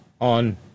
on